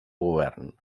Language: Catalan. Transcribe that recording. govern